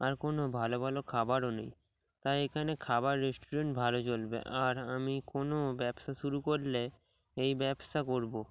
আর কোনো ভালো ভালো খাবারও নেই তাই এখানে খাবার রেস্টুরেন্ট ভালো চলবে আর আমি কোনো ব্যবসা শুরু করলে এই ব্যবসা করবো